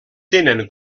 tenen